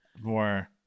more